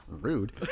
Rude